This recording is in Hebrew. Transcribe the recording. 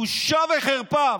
בושה וחרפה.